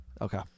Okay